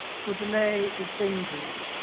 for delay is dangerous,